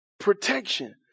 protection